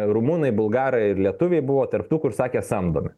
rumunai bulgarai ir lietuviai buvo tarp tų kur sakė samdome